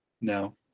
No